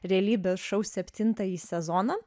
realybės šou septintąjį sezoną